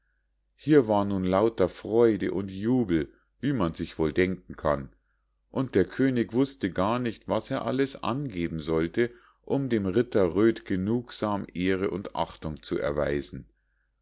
hier war nun lauter freude und jubel wie man sich wohl denken kann und der könig wußte gar nicht was er alles angeben sollte um dem ritter röd genugsam ehre und achtung zu erweisen